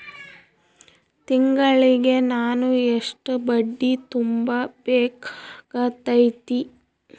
ತಿಂಗಳಿಗೆ ನಾನು ಎಷ್ಟ ಬಡ್ಡಿ ತುಂಬಾ ಬೇಕಾಗತೈತಿ?